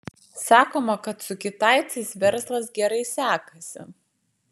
sakoma kad su kitaicais verslas gerai sekasi